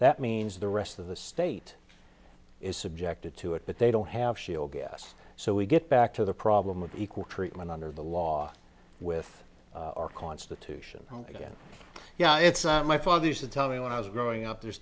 that means the rest of the state is subjected to it but they don't have shield gas so we get back to the problem of equal treatment under the law with our constitution again yeah it's my father used to tell me when i was growing up there's